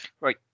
right